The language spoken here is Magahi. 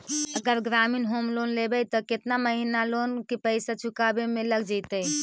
अगर ग्रामीण होम लोन लेबै त केतना महिना लोन के पैसा चुकावे में लग जैतै?